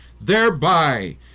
thereby